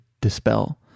dispel